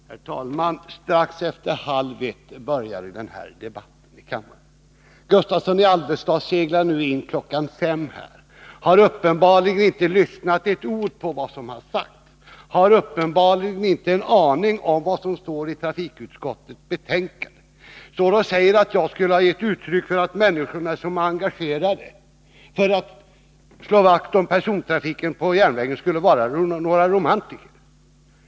Herr talman! Strax efter halv ett började denna debatt här i kammaren. Herr Gustavsson från Alvesta seglar nu in när klockan är fem. Han har uppenbarligen inte lyssnat på ett ord av vad som har sagts, och han har uppenbarligen inte en aning om vad som står i trafikutskottets betänkande. Han påstår att jag skulle ha gett uttryck för åsikten att människorna som är engagerade i att försöka slå vakt om persontrafiken på järnvägen skulle vara romantiker.